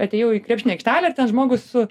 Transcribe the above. atėjau į krepšinio aikštelę ir ten žmogus su